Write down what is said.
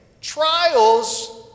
trials